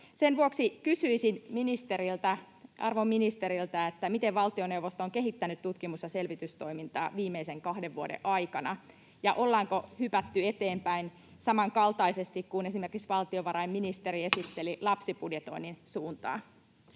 Sen vuoksi kysyisin arvon ministeriltä: Miten valtioneuvosto on kehittänyt tutkimus- ja selvitystoimintaa viimeisen kahden vuoden aikana? Ollaanko hypätty eteenpäin samankaltaisesti kuin on menty esimerkiksi lapsibudjetoinnin suuntaan,